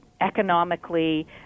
economically